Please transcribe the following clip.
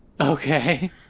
Okay